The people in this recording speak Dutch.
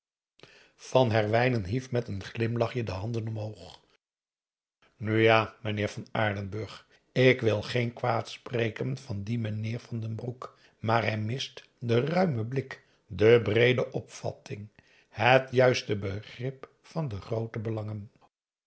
van herwijnen hief met een glimlachje de handen omhoog nu ja meneer van aardenburg ik wil geen kwaad p a daum hoe hij raad van indië werd onder ps maurits spreken van dien meneer van den broek maar hij mist den ruimen blik de breede opvatting het juiste begrip van de groote belangen